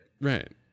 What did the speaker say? Right